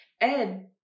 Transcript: Ed